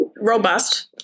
robust